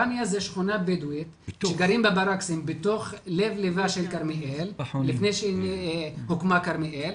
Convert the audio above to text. רמיה זה שכונה בדואית בלב ליבה של כרמיאל לפני שהוקמה כרמיאל,